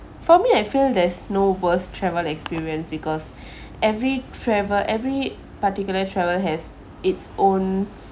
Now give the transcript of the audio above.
for me I feel there's no worst travel experience because every travel every particular travel has its own